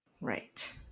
Right